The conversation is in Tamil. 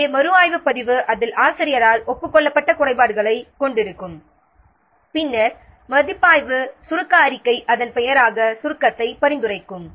எனவே மறுஆய்வு பதிவு அதில் ஆசிரியரால் ஒப்புக் கொள்ளப்பட்ட குறைபாடுகளைக் கொண்டிருக்கும் பின்னர் மதிப்பாய்வு சுருக்க அறிக்கை அதன் பெயராக சுருக்கத்தை பரிந்துரைக்கும்